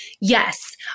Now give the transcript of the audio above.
yes